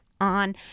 on